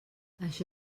això